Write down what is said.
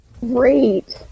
Great